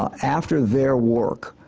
ah after their work,